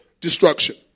destruction